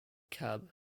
cab